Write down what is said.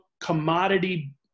commodity